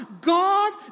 God